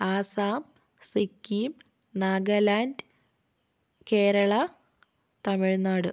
Assam Sikkim Nagaland Kerala Tamil Nadu